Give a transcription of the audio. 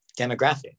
demographic